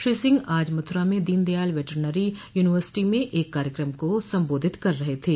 श्री सिंह आज मथुरा में Deen Dayal veterinary university में एक कार्यक्रम को संबोधित कर रहे थे